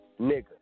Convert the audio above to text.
Nigga